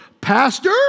Pastor